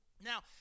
Now